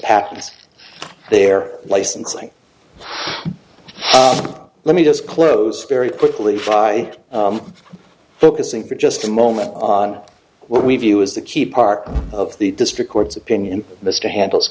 patents they're licensing let me just close very quickly fry focusing for just a moment on what we view as the key part of the district court's opinion mr handles